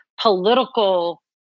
political